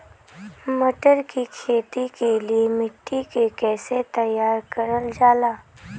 मटर की खेती के लिए मिट्टी के कैसे तैयार करल जाला?